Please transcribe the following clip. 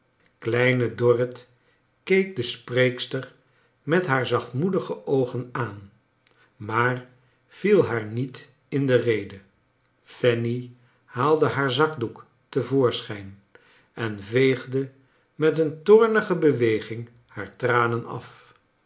kleine dorrit keek de spreekster met haar zachtmoedige oogen aan maar viel haar niet in de rede fanny haalde haar zakdoek te voorschijn en veegde met een toornige beweging haar traneri af